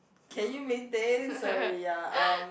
can you maintain sorry ya um